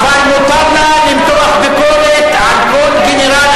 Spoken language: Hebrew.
אבל מותר לה למתוח ביקורת על כל גנרל.